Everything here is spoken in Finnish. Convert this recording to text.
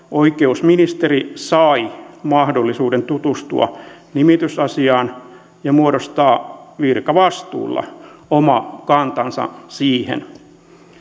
oikeusministeri sai mahdollisuuden tutustua nimitysasiaan ja muodostaa virkavastuulla oma kantansa siihen